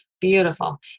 beautiful